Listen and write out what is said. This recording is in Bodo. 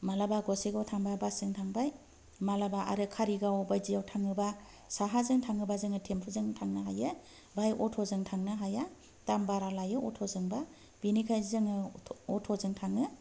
मालाबा गसायगाव थांबा बासजों थांबाय मालाबा आरो कारिगाव बायदिआव थाङोबा साहाजों थाङोबा जोङो थिमफुजों थांनो हायो बाहाय अट'जों थांनो हाया दाम बारा लायो अट'जोंबा बेनिखाय जोङो अट' अट'जों थाङो